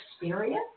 experience